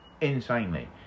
insanely